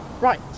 Right